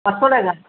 পাঁচশো টাকা